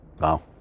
Wow